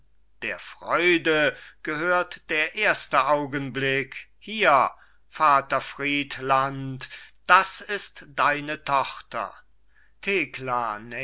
der freude gehört der erste augenblick hier vater friedland das ist deine tochter thekla